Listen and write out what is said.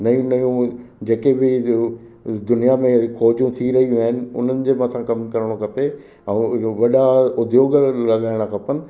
नयू नयू जेके बि दुनिया में खोजू थी रहियू आहिनि उन्हनि जे मथा कमु करिणो खपे ऐं वॾा उद्योग लॻाइणु खपनि